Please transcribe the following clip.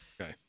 Okay